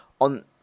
on